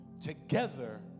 together